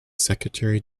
secretary